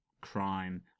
crime